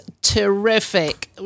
terrific